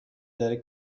داره